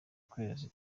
ukwezi